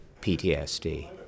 PTSD